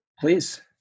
Please